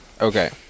Okay